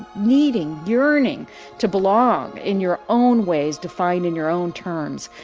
needing, yearning to belong in your own ways, to find in your own terms.